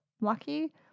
lucky